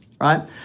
right